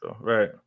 right